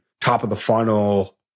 top-of-the-funnel